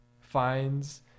finds